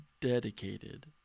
dedicated